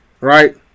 right